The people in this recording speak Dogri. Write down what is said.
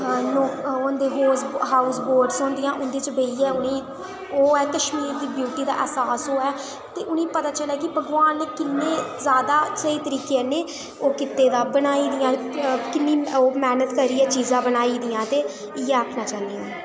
हाउस बोटस होदिंयां उं'दे च बेहियै उ'नें ई ओह् ऐ कश्मीर दी ब्यूटी दा एहसास होऐ ते उ'नें गी पता चलै के भगवान ने ज्यादा स्हेई तरिके कन्नै ओह् कीते दा बनाई दियां ना किन्नी ओह् मेह्नत करियै चीज़ा बनाई दियां ते इ'यै आक्खना चाहनी हा आऊं